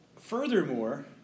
furthermore